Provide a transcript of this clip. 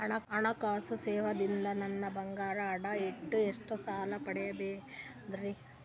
ಹಣಕಾಸು ಸೇವಾ ದಿಂದ ನನ್ ಬಂಗಾರ ಅಡಾ ಇಟ್ಟು ಎಷ್ಟ ಸಾಲ ಪಡಿಬೋದರಿ?